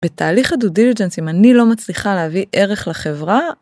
בתהליך ה do diligence אם אני לא מצליחה להביא ערך לחברה?